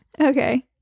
Okay